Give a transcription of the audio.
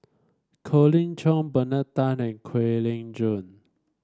Colin Cheong Bernard Tan and Kwek Leng Joo